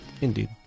indeed